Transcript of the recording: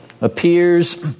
appears